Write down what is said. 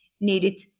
needed